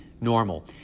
normal